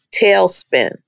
tailspin